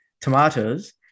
Tomatoes